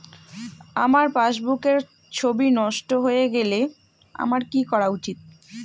আমার পাসবুকের ছবি নষ্ট হয়ে গেলে আমার কী করা উচিৎ?